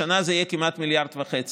השנה זה יהיה כמעט מיליארד וחצי.